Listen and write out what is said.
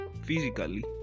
physically